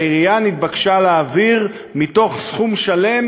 העירייה נתבקשה להעביר מתוך סכום שלם